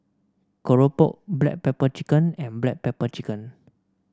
Claypot Rice Nasi Campur and Sambal Stingray